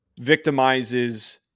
victimizes